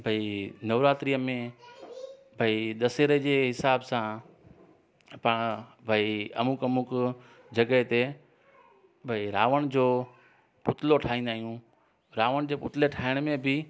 भई नवरात्रीअ में भई दशहरे जे हिसाब सां पाण भई अमुक अमुक जॻह ते भई रावण जो पुतलो ठाहींदा आहियूं रावण जे पुतले ठाहिण में बि